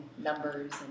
Numbers